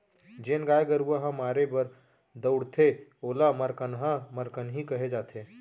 जेन गाय गरूवा ह मारे बर दउड़थे ओला मरकनहा मरकनही कहे जाथे